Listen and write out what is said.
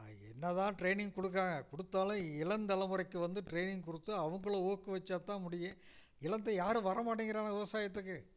என்ன தான் ட்ரைனிங் குடுக்கிறாங்க கொடுத்தாலும் இளம் தலமுறைக்கு வந்து ட்ரைனிங் கொடுத்து அவங்கள ஊக்குவிச்சால் தான் முடியும் இல்லாட்டா யாரும் வர மாட்டேங்கிறானுங்க விவசாயத்துக்கு